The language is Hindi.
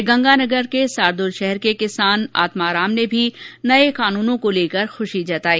श्रीगंगानगर के सार्दलशहर के किसान आत्माराम ने भी नये कानूनों को लेकर खुशी जताई